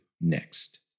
next